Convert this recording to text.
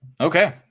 Okay